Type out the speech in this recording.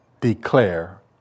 declare